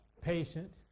Patient